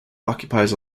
occupies